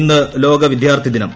ഇന്ന് ലോക വിദ്യാർത്ഥി ദിനം